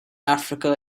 africa